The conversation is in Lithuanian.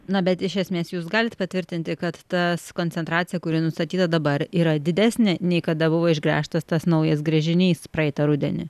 na bet iš esmės jūs galit patvirtinti kad tas koncentracija kuri nustatyta dabar yra didesnė nei kada buvo išgręžtas tas naujas gręžinys praeitą rudenį